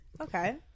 Okay